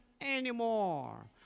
anymore